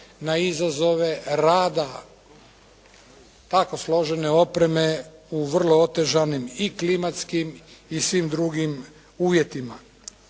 na izazove rada tako složene opreme u vrlo otežanim i klimatskim i svim drugim uvjetima.